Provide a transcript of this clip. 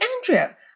Andrea